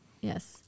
Yes